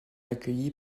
accueilli